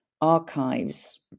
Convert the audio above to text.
archives